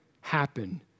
happen